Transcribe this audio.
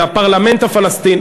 לפרלמנט הפלסטיני.